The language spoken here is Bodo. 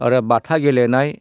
आरो बाथा गेलेनाय